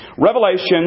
Revelation